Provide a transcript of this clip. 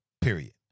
period